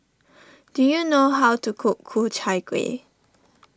do you know how to cook Ku Chai Kueh